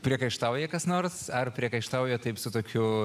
priekaištauja kas nors ar priekaištauja taip su tokiu